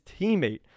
teammate